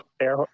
air